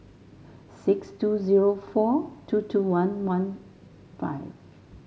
six two zero four two two one one five